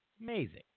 Amazing